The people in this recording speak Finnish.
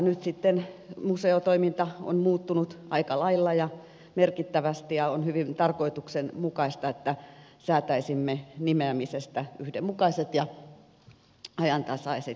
nyt sitten museotoiminta on muuttunut aika lailla ja merkittävästi ja on hyvin tarkoituksenmukaista että säätäisimme nimeämisestä yhdenmukaiset ja ajantasaiset kriteerit